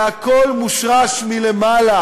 הכול מושרש מלמעלה.